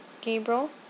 Gabriel